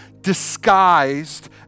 disguised